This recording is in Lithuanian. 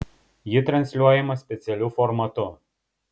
ji transliuojama specialiu formatu